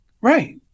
Right